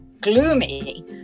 Gloomy